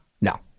No